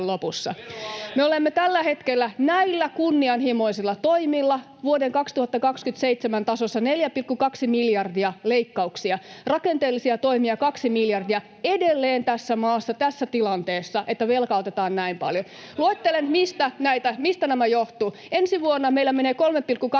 Veroale!] Näillä kunnianhimoisilla toimilla — vuoden 2027 tasossa 4,2 miljardia leikkauksia ja rakenteellisia toimia 2 miljardia — me olemme edelleen tässä maassa tässä tilanteessa, että velkaa otetaan näin paljon. Luettelen, mistä tämä johtuu: Ensi vuonna meillä menee 3,2 miljardia